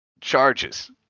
charges